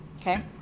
okay